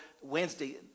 Wednesday